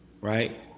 right